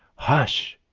hush!